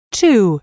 two